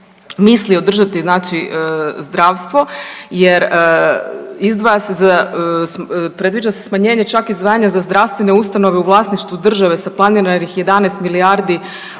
misli održati znači zdravstvo jer izdvaja se za, predviđa se smanjenje čak i izdvajanje za zdravstvene ustanove u vlasništvu države sa planiranih 11 milijardi